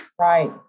Right